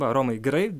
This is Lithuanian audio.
va romai gerai